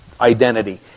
identity